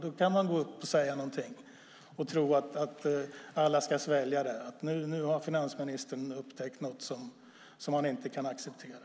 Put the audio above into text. Då kan man säga någonting och tro att alla ska svälja att finansministern har upptäckt något som han inte kan acceptera.